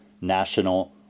National